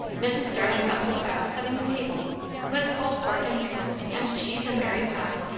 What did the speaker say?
mrs. starling bustled about setting the table with cold pork and pickles, and cheese and berry pie,